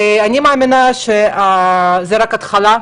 אני מאמינה שזאת רק ההתחלה,